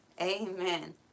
Amen